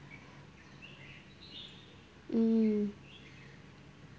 mm